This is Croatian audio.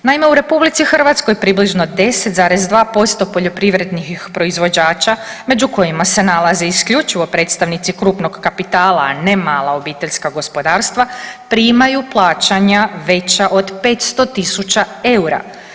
Naime, u RH približno 10,2% poljoprivrednih proizvođača među kojima se nalaze isključivo predstavnici krupnog kapitala, a ne mala obiteljska gospodarstva, primaju plaćanja veća od 500 tisuća eura.